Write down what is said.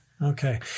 Okay